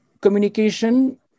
communication